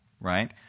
Right